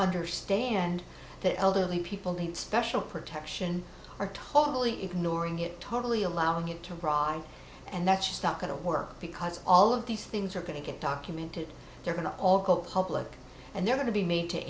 understand that elderly people need special protection are totally ignoring it totally allowing it to cry and that's just not going to work because all of these things are going to get documented they're going to all go public and they're going to be made to